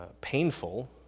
painful